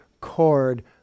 chord